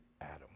Adam